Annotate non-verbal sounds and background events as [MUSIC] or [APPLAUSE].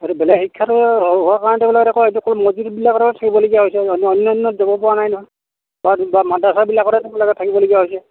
সেইটো বেলেগ শিক্ষাটো [UNINTELLIGIBLE] থাকিবলগীয়া হৈছে মানুহ অনান্য যাব পৰা নাই নহয় [UNINTELLIGIBLE] মাদ্ৰাছাবিলাকতহে থাকিবলগীয়া হৈছে